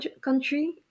country